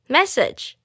Message